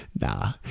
Nah